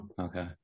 okay